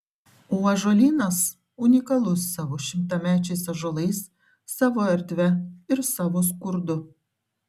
o ąžuolynas unikalus savo šimtamečiais ąžuolais savo erdve ir savo skurdu